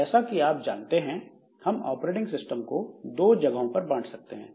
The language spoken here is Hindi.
जैसा कि आप जानते हैं हम ऑपरेटिंग सिस्टम को दो जगहों पर बांट सकते हैं